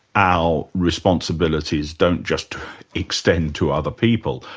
our responsibilities don't just extend to other people,